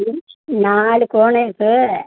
நாலு cone ice